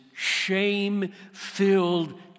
shame-filled